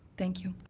thank you.